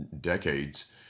decades